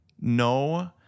no